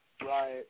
Right